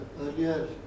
earlier